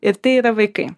ir tai yra vaikai